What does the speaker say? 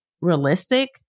realistic